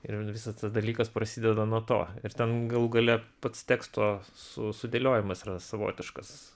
ir visas tas dalykas prasideda nuo to ir ten galų gale pats teksto su sudėliojimas yra savotiškas